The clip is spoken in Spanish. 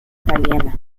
italiana